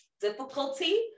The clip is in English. difficulty